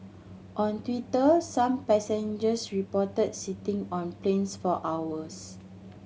on Twitter some passengers reported sitting on planes for hours